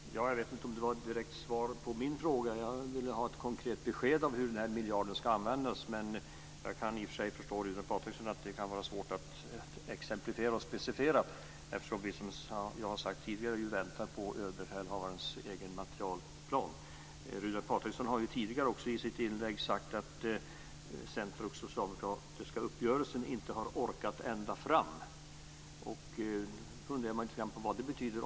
Fru talman! Jag vet inte om det var ett direkt svar på min fråga. Jag ville ha ett konkret besked om hur den här miljarden skall användas. Jag kan i och för sig förstå att det kan vara svårt för Runar Patriksson att exemplifiera och specificera. Vi väntar ju, som jag har sagt tidigare, på överbefälhavarens egen materielplan. Runar Patriksson har ju tidigare i ett inlägg sagt att Centerns och Socialdemokraternas uppgörelse inte har orkat ända fram. Då kan man fundera lite grann på vad det betyder.